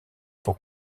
pour